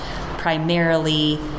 primarily